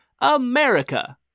America